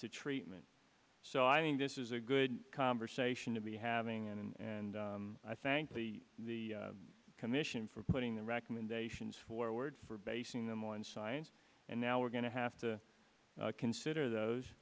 to treatment so i mean this is a good conversation to be having and i thank the the commission for putting the recommendations forward for basing them on science and now we're going to have to consider those